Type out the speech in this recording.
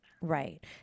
Right